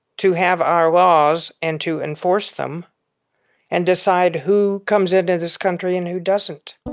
to have our laws and to enforce them and decide who comes into this country and who doesn't